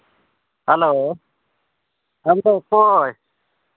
hello ᱟᱢ ᱫᱚ ᱚᱠᱚᱭ